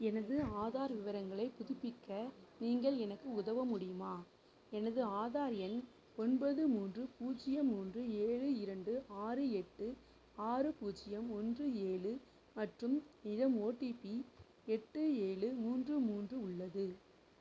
எனது ஆதார் விவரங்களைப் புதுப்பிக்க நீங்கள் எனக்கு உதவ முடியுமா எனது ஆதார் எண் ஒன்பது மூன்று பூஜ்யம் மூன்று ஏழு இரண்டு ஆறு எட்டு ஆறு பூஜ்யம் ஒன்று ஏழு மற்றும் இதன் ஓடிபி எட்டு ஏழு மூன்று மூன்று உள்ளது